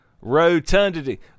Rotundity